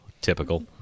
typical